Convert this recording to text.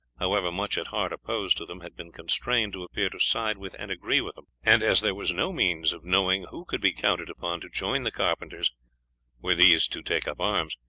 however much at heart opposed to them, had been constrained to appear to side with and agree with them, and as there was no means of knowing who could be counted upon to join the carpenters were these to take up arms,